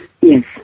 Yes